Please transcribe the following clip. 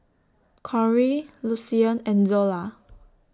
Corie Lucian and Zola